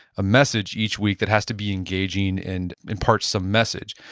a message each week that has to be engaging and imparts some message.